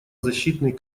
защитный